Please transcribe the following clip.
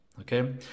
Okay